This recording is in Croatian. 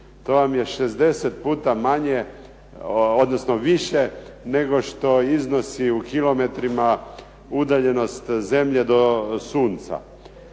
To vam je 60 puta manje, odnosno više nego što iznosi u kilometrima udaljenost zemlje do sunca.